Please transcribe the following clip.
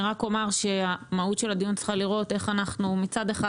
אני רק אומר שהמהות של הדיון צריכה לראות איך מצד אחד,